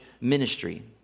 ministry